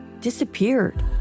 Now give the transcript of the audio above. disappeared